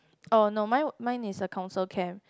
uh no mine mine is the council camp